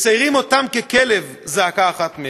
מציירים אותם ככלב, זעקה אחת מהן.